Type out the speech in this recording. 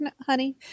honey